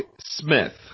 Smith